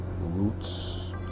Roots